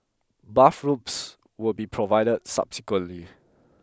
bathrobes will be provided subsequently